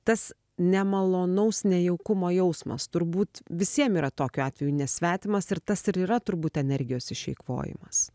tas nemalonaus nejaukumo jausmas turbūt visiem yra tokiu atveju nesvetimas ir tas ir yra turbūt energijos išeikvojimas